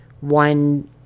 one